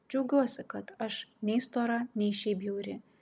džiaugiuosi kad aš nei stora nei šiaip bjauri